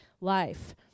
life